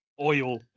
Oil